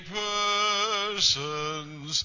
persons